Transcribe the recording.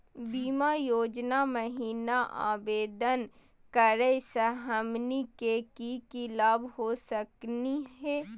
बीमा योजना महिना आवेदन करै स हमनी के की की लाभ हो सकनी हे?